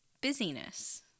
busyness